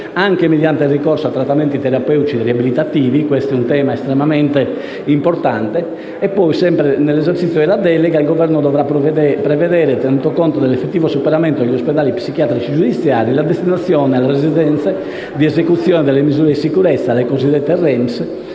anche mediante il ricorso a trattamenti terapeutici o riabilitativi. Questo è un tema estremamente importante. Sempre nell'esercizio della delega, il Governo dovrà prevedere, tenuto conto dell'effettivo superamento degli ospedali psichiatrici giudiziari, la destinazione alle Residenze di esecuzione delle misure di sicurezza (le cosiddette REMS)